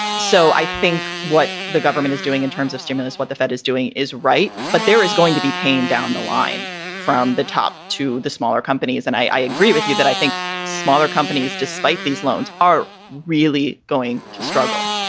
so i think what the government is doing in terms of stimulus, what the fed is doing is right. but there is going to be pain down the line from the top to the smaller companies. and i agree with you that i think smaller companies, despite these loans, are really going to struggle.